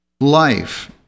Life